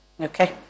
Okay